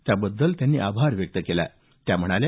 त्या बद्दल त्यांनी आभार व्यक्त केले त्या म्हणाल्या